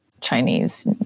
chinese